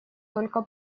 только